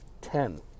ten